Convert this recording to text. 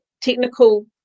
technical